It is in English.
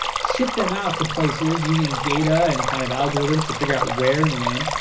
ship them out to places using data and kind of algorithms to figure out where and when,